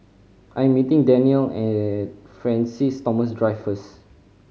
I'm meeting Danielle at Francis Thomas Drive first